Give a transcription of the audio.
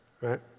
right